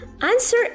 Answer